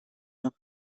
noch